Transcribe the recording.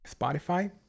Spotify